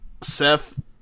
Seth